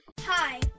Hi